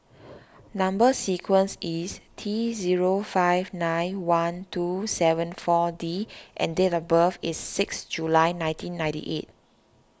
Number Sequence is T zero five nine one two seven four D and date of birth is six July nineteen ninety eight